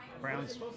Browns